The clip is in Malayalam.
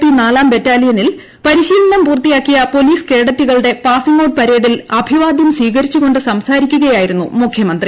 പി നാലാം ബറ്റാലിയനിൽ പരിശീലനം പൂർത്തിയാക്കിയ പോലീസ് കേഡറ്റുകളുടെ പാസിംഗ് ഔട്ട് പരേഡിൽ അഭിവാദ്യം സ്വീകരിച്ചുകൊണ്ട് സംസാരിക്കുകയായിരുന്നു മുഖ്യമന്ത്രി